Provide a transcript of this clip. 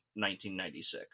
1996